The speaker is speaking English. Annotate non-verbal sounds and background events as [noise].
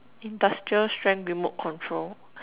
industrial strength remote control [laughs]